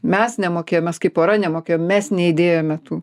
mes nemokėjom kai pora nemokėjom mes neįdėjome tų